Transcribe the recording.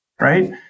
right